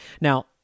Now